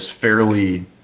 fairly